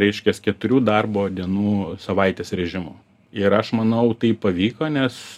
reiškias keturių darbo dienų savaitės režimu ir aš manau tai pavyko nes